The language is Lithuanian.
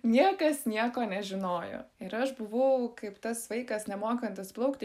niekas nieko nežinojo ir aš buvau kaip tas vaikas nemokantis plaukti